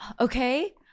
okay